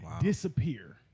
disappear